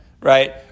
right